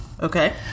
Okay